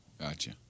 Gotcha